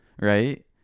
right